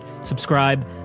subscribe